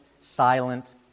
silent